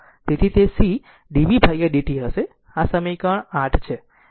તેથી તે cv dv dt હશે આ સમીકરણ 8